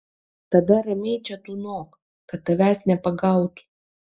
tada ramiai čia tūnok kad tavęs nepagautų